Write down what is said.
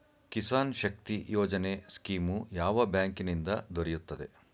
ಕಿಸಾನ್ ಶಕ್ತಿ ಯೋಜನೆ ಸ್ಕೀಮು ಯಾವ ಬ್ಯಾಂಕಿನಿಂದ ದೊರೆಯುತ್ತದೆ?